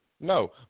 No